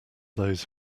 those